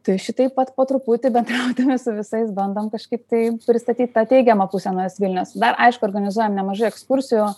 tai šitaip vat po truputį bendrauti su visais bandom kažkaip tai pristatyt tą teigiamą pusę naujos vilnios dar aišku organizuojam nemažai ekskursijų